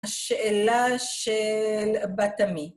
השאלה של בתמי.